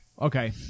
Okay